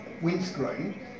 windscreen